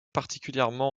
particulièrement